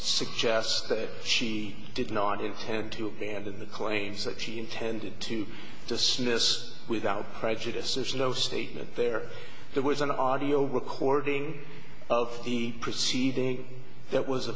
suggests that she did not intend to abandon the claims that she intended to dismiss without prejudice there is no statement there that was an audio recording of the proceeding that was